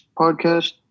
podcast